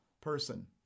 person